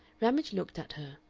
ramage looked at her,